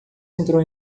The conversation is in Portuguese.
entrou